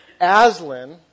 Aslan